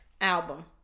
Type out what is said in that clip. album